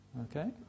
Okay